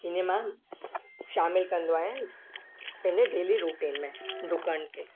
इन ई मां शामिलु कंदो आहियां पंहिंजे डेली रूटीन में डुकण खे